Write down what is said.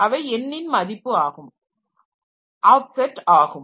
அவை n ன் மதிப்பு ஆகும் ஆப்செட் ஆகும்